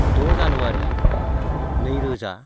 द' जानुवारि नैरोजा